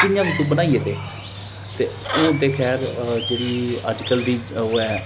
कि'यां बी तू बनाइयै दे ते हून ते खैर जेह्ड़ी अज्जकल दी ओह् ऐ